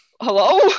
hello